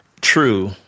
true